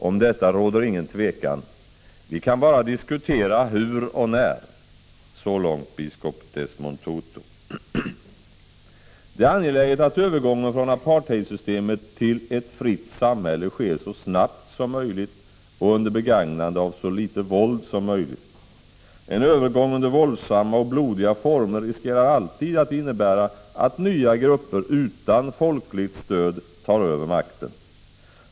Om detta råder ingen tvekan, vi kan bara diskutera hur och när.” Så långt biskop Desmond Tutu. Det är angeläget att övergången från apartheidsystemet till ett fritt samhälle sker så snabbt som möjligt och under begagnande av så iitet våld som möjligt. En övergång under våldsamma och blodiga former riskerar alltid att innebära att nya grupper utan folkligt stöd tar över makten.